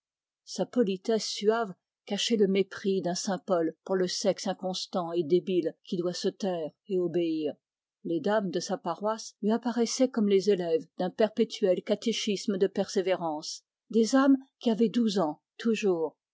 sa politesse suave cachait le mépris d'un saint paul pour le sexe inconstant et débile qui doit se taire et obéir les dames de sa paroisse lui apparaissaient comme des élèves d'un perpétuel catéchisme de persévérance des âmes qui avaient douze ans toujours